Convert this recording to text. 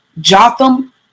Jotham